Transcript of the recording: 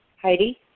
Heidi